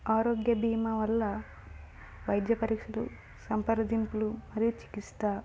ఆరోగ్య బీమా వల్ల వైద్య పరీక్షలు సంప్రదింపులు మరియు చికిత్స